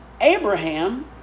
Abraham